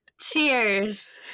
Cheers